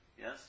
Yes